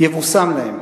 יבושם להם.